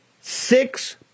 six